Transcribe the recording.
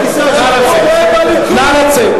נא לצאת.